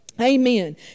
Amen